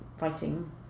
writing